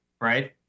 Right